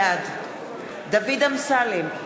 בעד דוד אמסלם,